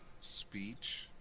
speech